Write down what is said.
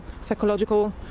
psychological